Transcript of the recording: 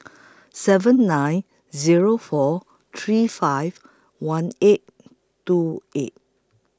seven nine Zero four three five one eight two eight